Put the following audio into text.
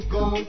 go